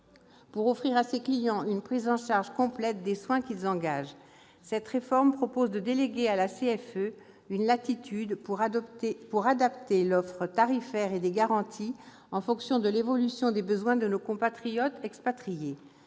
pour offrir à ses clients une prise en charge complète des soins qu'ils engagent. Cette réforme propose de donner à la CFE une certaine latitude pour adapter l'offre tarifaire et les garanties en fonction de l'évolution des besoins de nos compatriotes expatriés.